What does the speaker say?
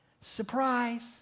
Surprise